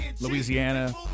Louisiana